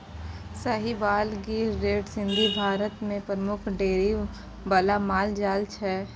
Sahiwal, Gir, red Sindhi Bharat मे प्रमुख dairy बला माल जाल छै